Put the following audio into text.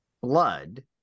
blood